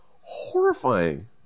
horrifying